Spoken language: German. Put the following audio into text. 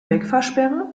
wegfahrsperre